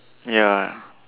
ya